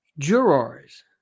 jurors